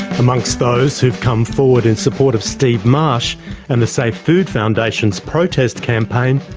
amongst those who've come forward in support of steve marsh and the safe food foundation's protest campaign,